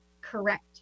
correct